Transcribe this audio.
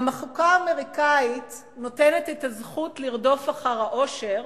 גם החוקה האמריקנית נותנת את הזכות לרדוף אחר האושר,